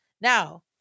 Now